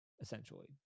essentially